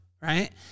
right